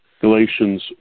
Galatians